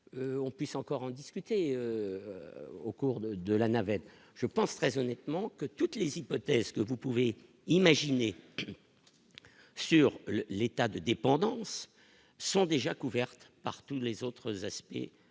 puisse encore en discuter au cours de de la navette. Je pense très honnêtement que toutes les hypothèses que vous pouvez imaginer sur l'état de dépendance sont déjà couvertes par tous les autres aspects